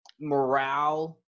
morale